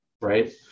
Right